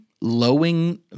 lowing